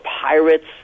pirates